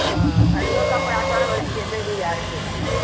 हँ साड़िओ कपड़ा चढ़बैत छियै देवी आरके जानु